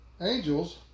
Angels